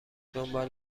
دنبال